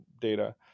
data